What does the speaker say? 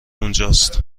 اونجاست